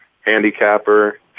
handicapper